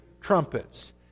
trumpets